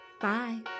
Bye